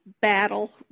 battle